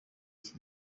iki